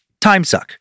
timesuck